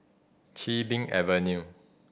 Chin Bee Avenue